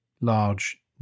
large